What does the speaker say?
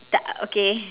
t~ okay